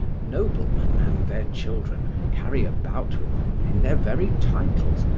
noblemen and their children carry about with them, in their very titles,